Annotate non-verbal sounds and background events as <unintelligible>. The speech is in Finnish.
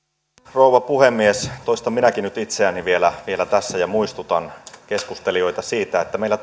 rouva puhemies toistan minäkin nyt itseäni vielä vielä tässä ja muistutan keskustelijoita siitä että meillä <unintelligible>